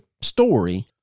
story